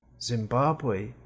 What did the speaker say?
Zimbabwe